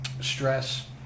stress